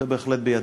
זה בהחלט בידינו.